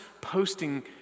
posting